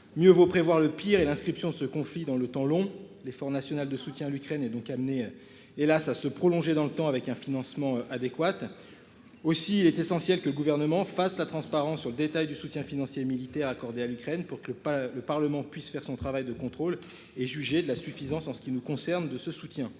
Mieux vaut prévoir le pire et l'inscription se confie dans le temps long. L'effort national de soutien à l'Ukraine et donc amené et là ça se prolonger dans le temps avec un financement adéquates. Aussi, il est essentiel que le gouvernement fasse la transparence sur le détail du soutien financier et militaire à accorder à l'Ukraine pour que le pas le Parlement puisse faire son travail de contrôle et juger de la suffisance. En ce qui nous concerne de ce soutien